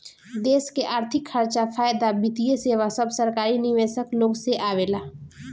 देश के अर्थिक खर्चा, फायदा, वित्तीय सेवा सब सरकारी निवेशक लोग से आवेला